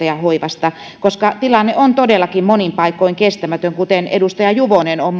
ja hoivasta sillä tilanne on todellakin monin paikoin kestämätön kuten muun muassa edustaja juvonen on